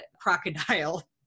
crocodile